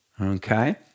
Okay